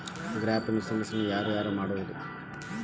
Gap insurance ನ ಯಾರ್ ಯಾರ್ ಮಡ್ಸ್ಬೊದು?